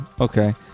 Okay